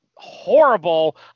Horrible